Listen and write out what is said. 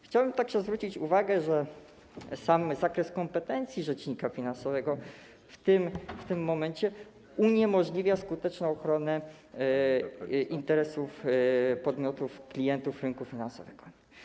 Chciałbym zwrócić uwagę, że sam zakres kompetencji rzecznika finansowego w tym momencie uniemożliwia skuteczną ochronę interesów klientów podmiotów rynku finansowego.